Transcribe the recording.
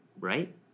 Right